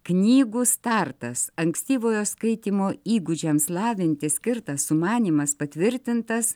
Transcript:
knygų startas ankstyvojo skaitymo įgūdžiams lavinti skirtas sumanymas patvirtintas